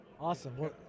Awesome